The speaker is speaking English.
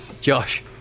Josh